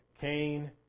Cain